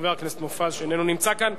חבר הכנסת מופז, שאיננו נמצא כאן.